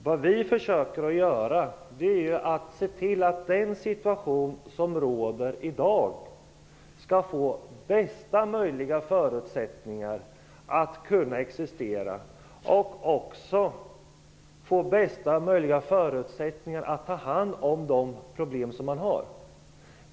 Herr talman! Det vi försöker att göra är att utifrån den situation som råder i dag få bästa möjliga förutsättningar att ta hand om de problem man har.